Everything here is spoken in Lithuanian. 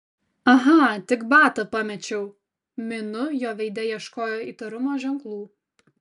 aha tik batą pamečiau minu jo veide ieškojo įtarumo ženklų